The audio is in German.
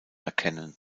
erkennen